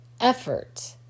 effort